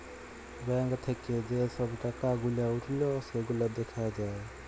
bank থাক্যে যে সব টাকা গুলা উঠল সেগুলা দ্যাখা যায়